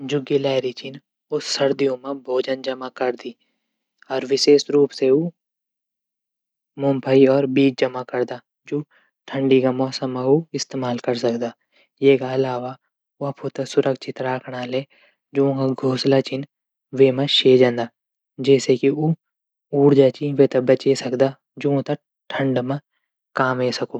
जू गिलहरियां छिन सर्दियों मा भोजन जमा करदी। अर विशेष रूप से ऊ मूंगफली और बीज जमा करदा जू ऊ ठंडियों मौसम का इस्तेमाल कैरी सकदा। एक अलावा ऊ अफौते सुरक्षित रखणो तै। जू ऊंक घोसला छन वेमा से जंदन। जैसे की ऊ ऊर्जा च वे से बचे सकदा। जू उंथै ठंड मा काम ऐ सकदू।